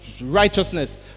righteousness